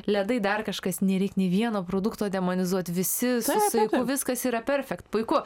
ledai dar kažkas nereik nei vieno produkto demonizuoti visi su saiku viskas yra perfect puiku